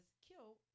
killed